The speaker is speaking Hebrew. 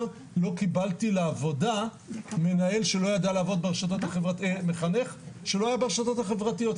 לא קיבלתי לעבודה מחנך שלא היה ברשתות החברתיות,